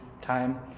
time